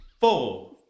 four